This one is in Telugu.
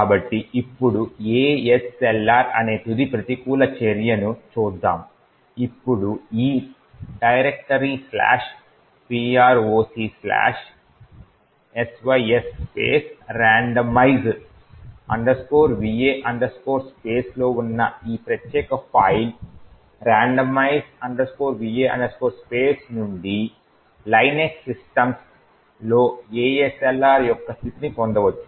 కాబట్టి ఇప్పుడు ASLR అనే తుది ప్రతికూల చర్యను చూద్దాం ఇప్పుడు ఈ directoryproc sys randomize va space లో ఉన్న ఈ ప్రత్యేక ఫైల్ randomize va space నుండి లైనక్స్ సిస్టమ్స్లో ASLR యొక్క స్థితిని పొందవచ్చు